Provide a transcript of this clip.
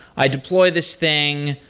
i deploy this thing.